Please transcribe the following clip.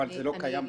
זה לא קיים בדיסקונט?